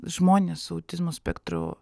žmonės su autizmo spektro